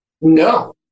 No